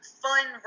fun